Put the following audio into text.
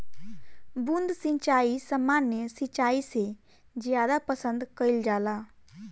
बूंद सिंचाई सामान्य सिंचाई से ज्यादा पसंद कईल जाला